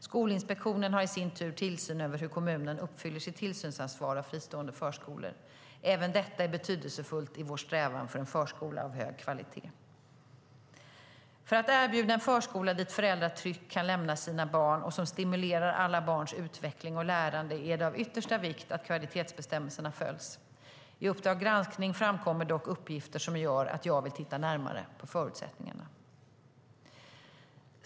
Skolinspektionen har i sin tur tillsyn över hur kommunen uppfyller sitt tillsynsansvar när det gäller fristående förskolor. Även detta är betydelsefullt i vår strävan för en förskola av hög kvalitet. För att erbjuda en förskola dit föräldrar tryggt kan lämna sina barn och som stimulerar alla barns utveckling och lärande är det av yttersta vikt att kvalitetsbestämmelserna följs. I Uppdrag Granskning framkommer dock uppgifter som gör att jag vill titta närmare på förutsättningarna.